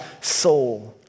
soul